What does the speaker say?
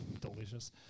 Delicious